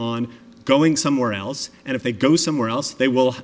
on going somewhere else and if they go somewhere else they